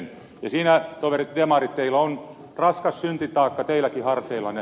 ja siinä toverit demarit teillä on raskas syntitaakka teilläkin harteillanne